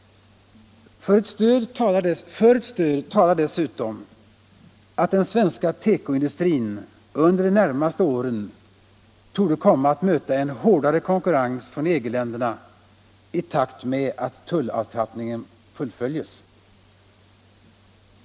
För ett stöd talar dessutom att den svenska teko-industrin under de närmaste åren torde komma att möta en hårdare konkurrens från EG länderna i takt med att tullavtrappningen fullföljs.